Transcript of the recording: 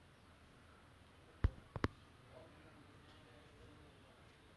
அதா:atha okay என்னோட:ennoda interest என்னான்னு கேட்டிங்கனா:ennannu kettinganaa obviously the running